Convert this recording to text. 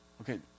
Okay